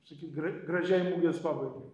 sakyt gra gražiai mugės pabaigai